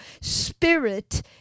spirit